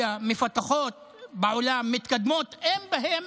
מפותחות ומתקדמות בעולם, אין בהן